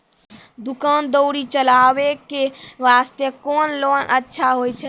दुकान दौरी चलाबे के बास्ते कुन लोन अच्छा होय छै?